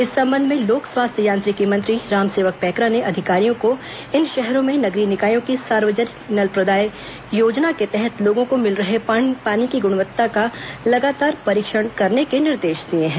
इस संबंध में लोक स्वास्थ्य यांत्रिकी मंत्री रामसेवक पैकरा ने अधिकारियों को इन शहरों में नगरीय निकायों की सार्वजनिक जल प्रदाय योजना के तहत लोगों को मिल रहे पानी की गुणवत्ता का लगातार परीक्षण करने के निर्देश दिए हैं